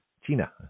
China